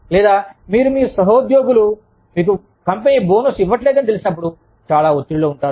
లేదా మీరు మీ సహోద్యోగులు మీకు కంపెనీ బోనస్సు ఇవ్వట్లేదని తెలిసినప్పుడు చాలా ఒత్తిడి లో ఉంటారు